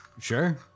Sure